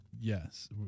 Yes